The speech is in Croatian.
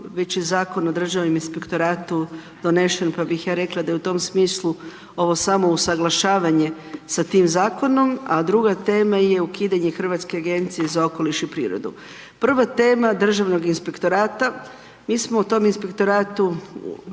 već je Zakon o Državnom inspektoratu donešen pa bih ja rekla da je u tom smislu ovo samo usaglašavanje sa tim zakonom. A druga tema je ukidanje Hrvatske agencije za okoliš i prirodu. Prva tema Državnog inspektorata, mi smo u tom inspektoratu